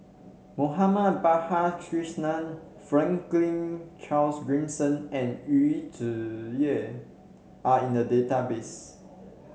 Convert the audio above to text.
Balakrishnan Franklin Charles Gimson and Yu Zhuye are in the database